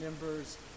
members